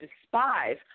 despise